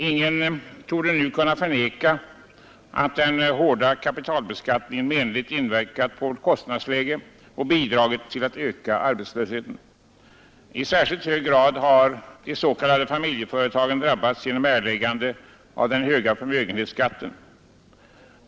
Ingen torde nu kunna förneka att den hårda kapitalbeskattningen menligt inverkat på vårt kostnadsläge och bidragit till att öka arbetslösheten. I särskilt hög grad har de s.k. familjeföretagen drabbats genom erläggande av den höga förmögenhetsskatten.